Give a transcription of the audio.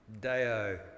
Deo